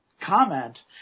comment